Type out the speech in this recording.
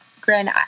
grin